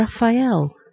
Raphael